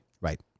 Right